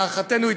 להערכתנו,